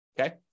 okay